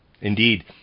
Indeed